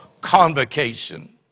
convocation